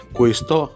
questo